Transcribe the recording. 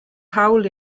hawl